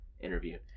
interview